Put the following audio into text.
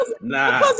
Nah